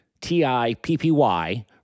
T-I-P-P-Y